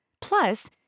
Plus